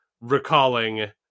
recalling